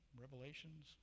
Revelations